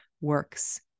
works